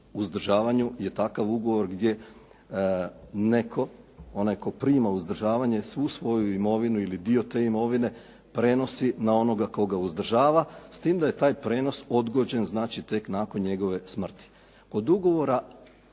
uzdržavanju je takav ugovor gdje netko, onaj tko prima uzdržavanje, svu svoju imovinu ili dio te imovine prenosi na onoga koga uzdržava, s time da je taj prijenos odgođen znači tek nakon njegove smrti.